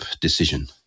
decision